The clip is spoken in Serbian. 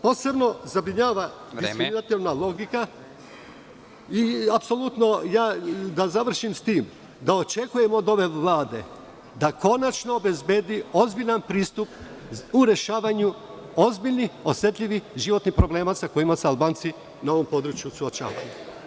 Posebno zabrinjava diskriminatorna logika… (Predsednik: Vreme.) … i da završim sa tim, da očekujem od ove Vlade da konačno obezbedi ozbiljan pristup u rešavanju ozbiljnih, osetljivih životnih problema sa kojima se Albanci na ovom području suočavaju.